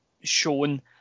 shown